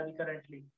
currently